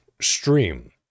stream